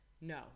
No